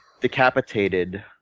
decapitated